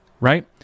right